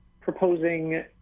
proposing